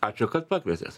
ačiū kad pakvietėt